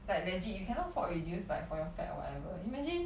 like legit you cannot spot reduce like for your fat or whatever imagine